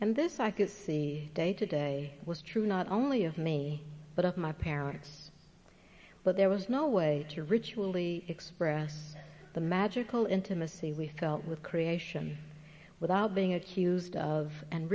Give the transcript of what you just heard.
and this i could see day to day was true not only of me but of my parents but there was no way to ritually express the magical intimacy we felt with creation without being accused of and